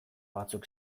batzuk